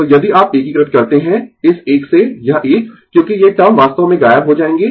तो यदि आप एकीकृत करते है इस एक से यह एक क्योंकि ये टर्म वास्तव में गायब हो जाएंगें